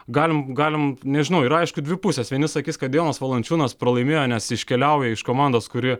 galim galim nežinau yra aišku dvi pusės vieni sakys kad jonas valančiūnas pralaimėjo nes iškeliauja iš komandos kuri